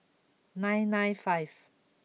nine nine five